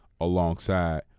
alongside